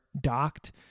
docked